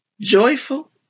joyful